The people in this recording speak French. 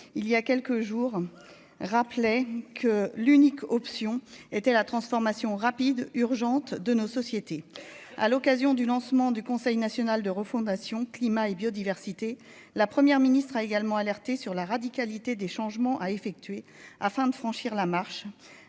il y a quelques jours, rappelait que l'unique option était la transformation rapide, urgente de nos sociétés à l'occasion du lancement du Conseil national de refondation Climat et biodiversité la première ministre a également alerté sur la radicalité des changements à effectuer afin de franchir la marche